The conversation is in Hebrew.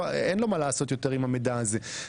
אין לו מה לעשות יותר עם המידע הזה.